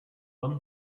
one